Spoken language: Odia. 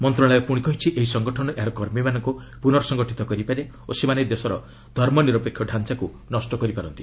ମନ୍ତ୍ରଣାଳୟ କହିଛି ଏହି ସଂଗଠନ ଏହାର କର୍ମୀମାନଙ୍କୁ ପୁର୍ନସଂଗଠିତ କରିପାରେ ଓ ସେମାନେ ଦେଶର ଧର୍ମନିରପେକ୍ଷ ଢାଞ୍ଚାକୁ ନଷ୍ଠ କରିପାରନ୍ତି